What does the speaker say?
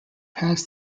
passed